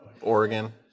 Oregon